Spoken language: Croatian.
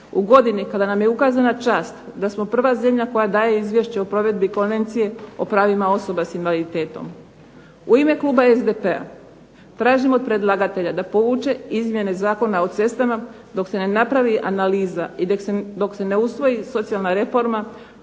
U godini kada nam je ukazana čast da smo prva zemlja koja daje izvješće o provedbi konvencije o pravima osoba s invaliditetom. U ime kluba SDP-a tražim da od predlagatelja da povuče izmjene Zakona o cestama dok se ne napravi analiza, i dok se ne usvoji socijalna reforma,